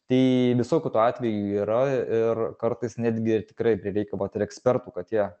tai visokių tų atvejų yra ir kartais netgi tikrai prireikia vat ir ekspertų kad jie